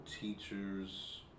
teacher's